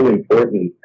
important